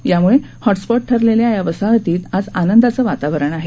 याम्ळं हॉटस्पॉट ठरलेल्या या वसाहतीत आज आनंदाचं वातावरण आहे